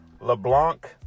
LeBlanc